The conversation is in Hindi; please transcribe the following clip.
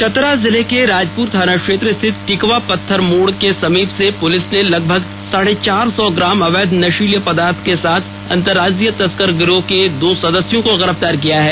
चतरा जिले के राजपूर थाना क्षेत्र स्थित टिकवा पत्थर मोड़ के समीप से पूलिस ने लगभग साढ़े चार सौ ग्राम ँ अवैध नशीला पदार्थ के साथ अंतराज्यीय तस्कर गिरोद के दो सदस्यों को गिरफ्तार किया है